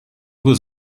was